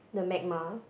the magma